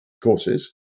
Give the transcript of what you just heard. courses